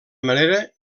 manera